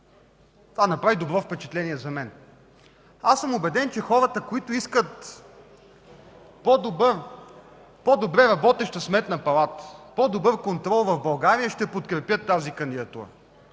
Това направи добро впечатление за мен. Убеден съм, че хората, които искат по-добре работеща Сметна палата, по-добър контрол в България, ще подкрепят тази кандидатура.